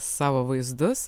savo vaizdus